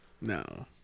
no